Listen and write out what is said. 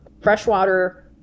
Freshwater